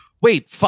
Wait